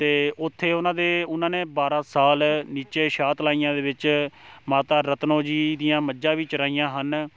ਅਤੇ ਉੱਥੇ ਉਹਨਾਂ ਦੇ ਉਹਨਾਂ ਨੇ ਬਾਰ੍ਹਾਂ ਸਾਲ ਨੀਚੇ ਸ਼ਾਹ ਤਲਾਈਆਂ ਦੇ ਵਿੱਚ ਮਾਤਾ ਰਤਨੋ ਜੀ ਦੀਆਂ ਮੱਝਾਂ ਵੀ ਚਰਾਈਆਂ ਹਨ